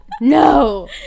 No